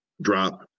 drop